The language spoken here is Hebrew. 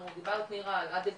דיברת נירה על א.ד.